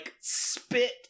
spit